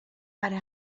per